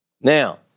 Now